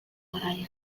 garaian